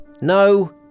No